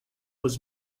was